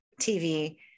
TV